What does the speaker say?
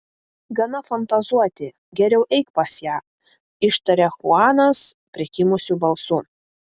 gana fantazuoti geriau eik pas ją ištaria chuanas prikimusiu balsu